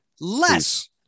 less